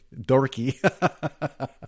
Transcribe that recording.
dorky